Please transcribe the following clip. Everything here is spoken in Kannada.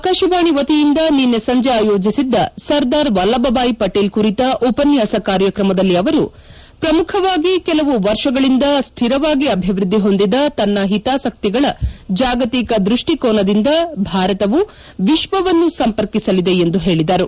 ಆಕಾಶವಾಣಿ ವತಿಯಿಂದ ನಿನ್ನೆ ಸಂಜೆ ಆಯೋಜಿಸಿದ್ದ ಸರ್ದಾರ್ ವಲ್ಲಭಭಾಯಿ ವಟೇಲ್ ಕುರಿತ ಉಪನ್ನಾಸ ಕಾರ್ಯಕ್ರಮದಲ್ಲಿ ಅವರು ಪ್ರಮುಖವಾಗಿ ಕೆಲವು ವರ್ಷಗಳಿಂದ ಸ್ಲಿರವಾಗಿ ಅಭಿವ್ದದ್ಲಿಹೊಂದಿದ ತನ್ನ ಹಿತಾಸಕ್ತಿಗಳ ಜಾಗತಿಕ ದೃಷ್ಟಿಕೋನದಿಂದ ಭಾರತವು ವಿಶ್ವವನ್ನು ಸಂಪರ್ಕಿಸಲಿದೆ ಎಂದು ಹೇಳಿದರು